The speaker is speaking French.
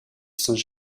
saint